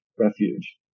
refuge